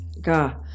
God